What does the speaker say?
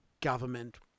government